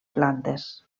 plantes